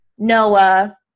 Noah